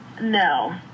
No